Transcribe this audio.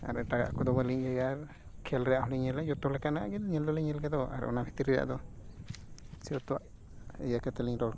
ᱟᱨ ᱮᱴᱟᱜᱟ ᱠᱚᱫᱚ ᱵᱟᱹᱞᱤᱧ ᱤᱭᱟᱹᱭᱟ ᱠᱷᱮᱞ ᱨᱮᱭᱟᱜ ᱦᱚᱸᱞᱤᱧ ᱧᱮᱞᱟ ᱡᱚᱛᱚ ᱞᱮᱠᱟᱱᱟᱜ ᱜᱮ ᱧᱮᱞ ᱫᱚᱞᱤᱧ ᱧᱮᱞ ᱜᱮᱫᱚ ᱟᱨ ᱚᱱᱟ ᱠᱷᱟᱛᱤᱨ ᱜᱮ ᱟᱫᱚ ᱡᱚᱛᱚᱣᱟᱜ ᱤᱭᱟᱹ ᱠᱟᱛᱮᱫ ᱞᱤᱧ ᱨᱚᱲ ᱠᱟᱱᱟ